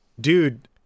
Dude